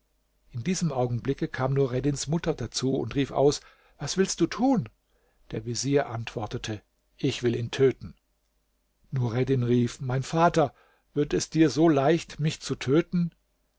in diesem augenblicke kam nureddins mutter dazu und rief aus was willst du tun der vezier antwortete ich will ihn töten nureddin rief mein vater wird es dir so leicht mich zu töten